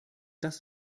das